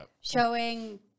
Showing